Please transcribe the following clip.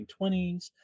1920s